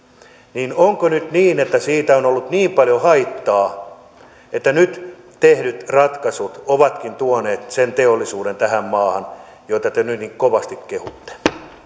niin onko nyt niin että siitä on ollut niin paljon haittaa että vasta nyt tehdyt ratkaisut ovatkin tuoneet tähän maahan sen teollisuuden mitä te nyt niin kovasti kehutte